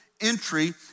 entry